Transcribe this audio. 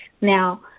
Now